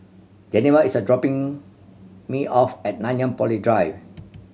Geneva is a dropping me off at Nanyang Poly Drive